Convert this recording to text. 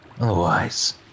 Otherwise